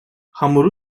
hamuru